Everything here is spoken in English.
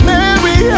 Mary